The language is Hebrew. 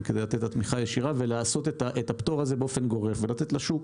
כדי לתת את התמיכה הישירה ולעשות את הפטור הזה באופן גורף ולתת לשוק